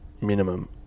Minimum